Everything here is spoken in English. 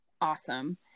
Awesome